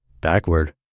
backward